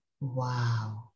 Wow